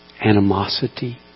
animosity